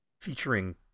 featuring